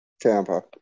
Tampa